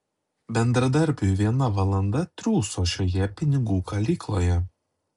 bendradarbiui viena valanda triūso šioje pinigų kalykloje